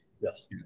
Yes